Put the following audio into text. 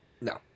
No